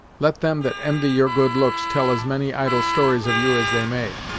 let them that envy your good looks tell as many idle stories of you as they may.